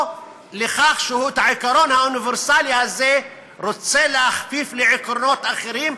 או לכך שהוא את העיקרון האוניברסלי הזה רוצה להכפיף לעקרונות אחרים,